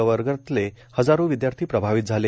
प्रवर्गातले हजारो विदयार्थी प्रभावित झाले